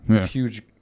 huge